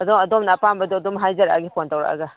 ꯑꯗꯣ ꯑꯗꯣꯝꯅ ꯑꯄꯥꯝꯕꯗꯣ ꯑꯗꯨꯝ ꯍꯥꯏꯖꯔꯛꯑꯒꯦ ꯐꯣꯟ ꯇꯧꯔꯛꯑꯒ